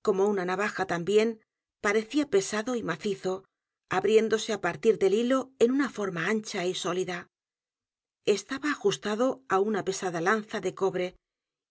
como una navaja también parecía pesado y macizo abriéndose á partir del hilo en una forma ancha y sólida estaba ajustado á una pesada lanza de cobre